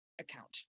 account